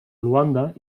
luanda